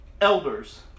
elders